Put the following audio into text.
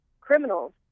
criminals